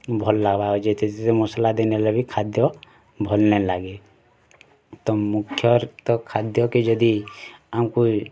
ଭଲ ଲାଗ୍ବା ଆଉ ଯେତେ ଯେତେ ମସଲା ଦେନେର ଲାଗି ଖାଦ୍ୟ ଭଲ ନାଇଁ ଲାଗେ ତ ମୁଖ୍ୟର ତ ଖାଦ୍ୟ କେ ଯଦି ଆମ୍କୁ